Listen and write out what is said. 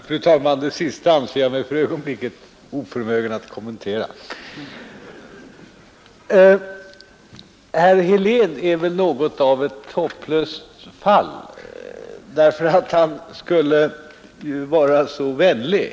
Fru talman! Det sista anser iag mig för ögonblicket oförmögen att kommentera! Herr Helén är väl något av ett hopplöst fall. Han skulle ju vara så vänlig.